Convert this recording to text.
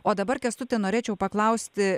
o dabar kęstuti norėčiau paklausti